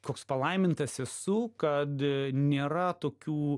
koks palaimintas esu kad nėra tokių